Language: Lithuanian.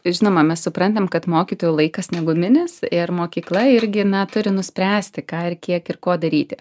tai žinoma mes suprantam kad mokytojų laikas neguminis ir mokykla irgi turi nuspręsti ką ir kiek ir ko daryti